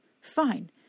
Fine